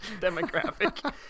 demographic